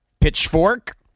Pitchfork